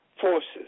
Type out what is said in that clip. forces